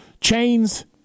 chains